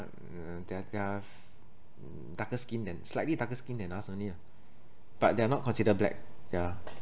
uh they are they are darker skin than slightly darker skin than us only lah but they're not consider black ya